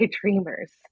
dreamers